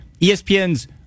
ESPN's